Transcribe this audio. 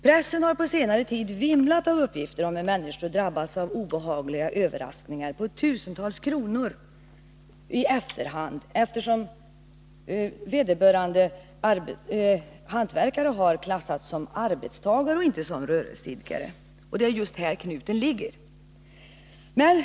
Pressen har på senare tid vimlat av uppgifter om hur människor drabbats av obehagliga överraskningar på tusentals kronor, därför att vederbörande hantverkare i efterhand klassats som arbetstagare och inte som rörelseidkare. Det är just här som knuten ligger.